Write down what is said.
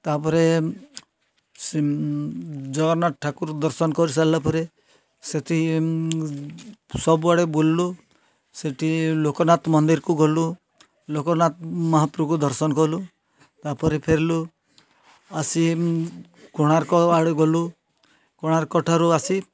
ତାପରେ ସେ ଜଗନ୍ନାଥଠାକୁର ଦର୍ଶନ କରିସାରିଲାପରେ ସେଠି ସବୁ ଆଡ଼େ ବୁଲିଲୁ ସେଠି ଲୋକନାଥ ମନ୍ଦିରକୁ ଗଲୁ ଲୋକନାଥ ମହାପ୍ରକୁ ଦର୍ଶନ କଲୁ ତାପରେ ଫେରିଲୁ ଆସି କୋଣାର୍କ ଆଡ଼େ ଗଲୁ କୋଣାର୍କ ଠାରୁ ଆସି